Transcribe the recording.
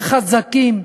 חזקים.